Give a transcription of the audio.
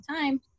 time